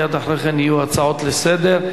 ומייד אחרי כן יהיו הצעות לסדר-היום.